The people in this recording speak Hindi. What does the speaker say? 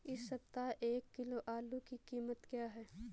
इस सप्ताह एक किलो आलू की कीमत क्या है?